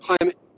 climate